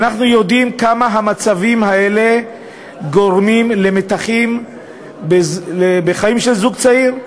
ואנחנו יודעים כמה המצבים האלה גורמים למתחים בחיים של זוג צעיר,